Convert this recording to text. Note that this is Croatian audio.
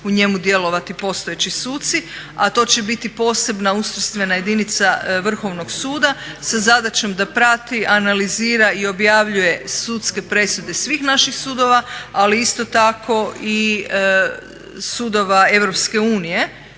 u njemu djelovati postojeći suci, a to će biti posebna ustrojstvena jedinica Vrhovnog suda sa zadaćom da prati, analizira i objavljuje sudske presude svih naših sudova, ali isto tako i sudova Europske unije,